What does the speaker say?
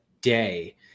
day